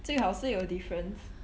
最好是有 difference